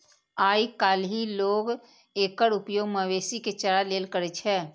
आइकाल्हि लोग एकर उपयोग मवेशी के चारा लेल करै छै